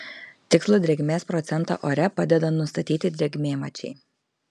tikslų drėgmės procentą ore padeda nustatyti drėgmėmačiai